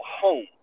home